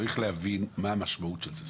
צריך להבין מה המשמעות של זה.